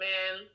Man